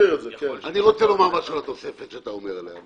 אני רוצה לומר משהו על התוספת שאתה מדבר עליה.